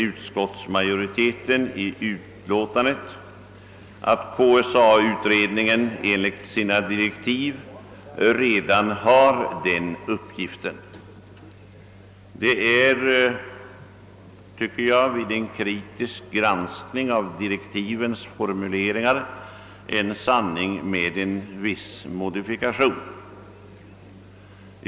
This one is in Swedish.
Utskottsmajoriteten anför i utiåtandet att KSA-utredningen enligt sina direktiv redan har denna uppgift. Jag finner dock vid en kritisk granskning av direktivens formuleringar att detta är en sanning med modifikation.